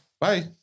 Bye